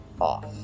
off